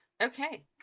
Okay